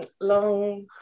Long